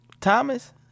Thomas